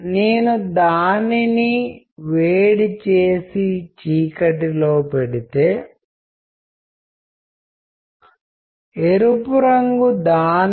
communication సంక్లిష్టమైనది మరియు ఈ అంశాలలో కొన్నింటిని సంక్షిప్తంగాతాకుతాము